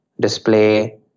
display